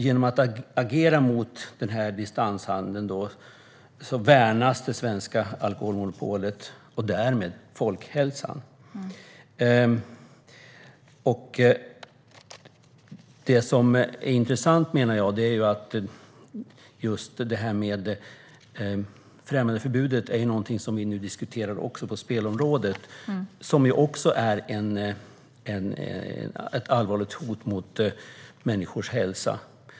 Genom att agera mot distanshandeln värnas det svenska alkoholmonopolet och därmed folkhälsan. Det som är intressant, menar jag, är främjandeförbudet, som vi nu diskuterar också på spelområdet, som är ett allvarligt hot mot människors hälsa.